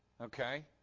okay